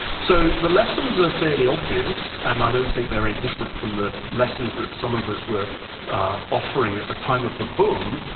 so the lessons are fairly obvious, and i don't think they're any different from the lessons that some of us were offering at the time of the boom.